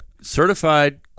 certified